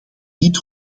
niet